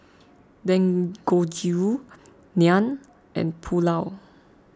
Dangojiru Naan and Pulao